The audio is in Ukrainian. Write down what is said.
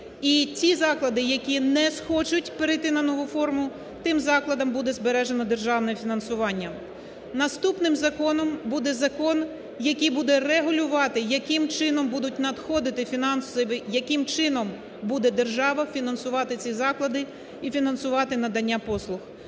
І ті заклади, які не схочуть перейти на нову форму, тим закладам буде збережене державне фінансування. Наступним законом буде закон, який буде регулювати, яким чином будуть надходити… яким чином буде держава фінансувати ці заклади і фінансувати надання послуг.